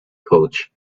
coach